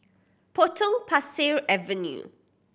Potong Pasir Avenue